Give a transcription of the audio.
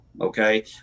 Okay